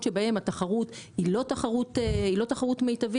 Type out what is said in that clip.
שבהם התחרות היא לא תחרות מיטבית,